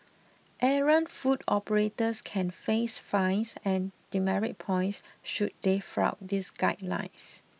errant food operators can face fines and demerit points should they flout these guidelines